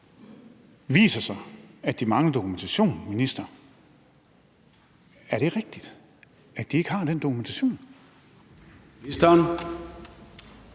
viser sig at mangle dokumentation. Er det rigtigt, at man ikke har den dokumentation?